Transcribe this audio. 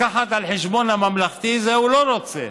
לקחת על חשבון הממלכתי הוא לא רוצה.